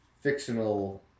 fictional